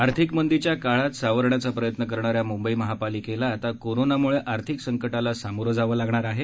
आर्थिक मंदीच्या काळात सावरण्याचा प्रयत्न करणा या म्ंबई महापालिकेला आता कोरोनामुळे आर्थिक संकटाला सामोरे जावे लागणार आहे